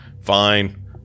fine